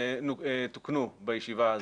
תוקנו בישיבה הזו.